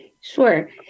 Sure